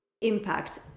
impact